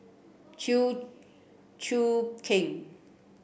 Chew Choo Keng